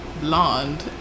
blonde